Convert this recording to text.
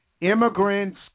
immigrants